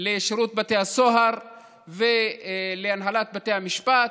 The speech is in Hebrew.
לשירות בתי הסוהר ולהנהלת בתי המשפט,